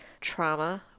trauma